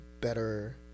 better